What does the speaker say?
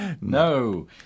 No